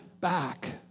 back